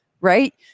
right